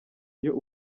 iyo